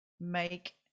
make